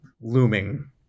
looming